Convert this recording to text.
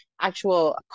actual